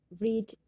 read